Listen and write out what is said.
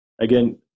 Again